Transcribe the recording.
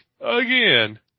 again